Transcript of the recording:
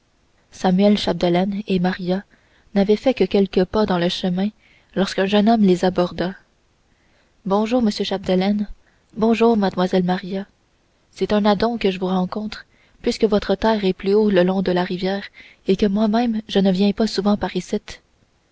samuel chapdelaine et maria n'avaient fait que quelques pas dans le chemin lorsqu'un jeune homme les aborda bonjour monsieur chapdelaine bonjour mademoiselle maria c'est un adon que le vous rencontre puisque votre terre est plus haut le long de la rivière et que moi-même je ne viens pas souvent par icitte